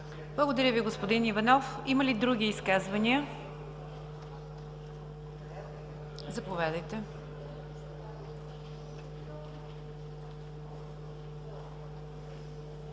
Благодаря Ви, господин Иванов. Има ли други изказвания? Заповядайте,